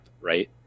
right